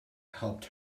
helped